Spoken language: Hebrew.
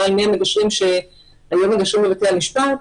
לעניין אנשים שהיום מגשרים בבתי המשפט.